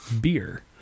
beer